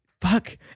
Fuck